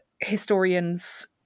historians